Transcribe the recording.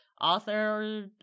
author